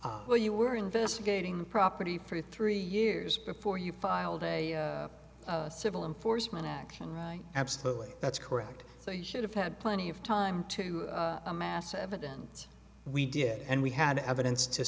where you were investigating property for three years before you filed a civil enforcement action right absolutely that's correct so you should have had plenty of time to amass evidence we did and we had the evidence to